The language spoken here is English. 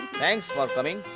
thanks for coming.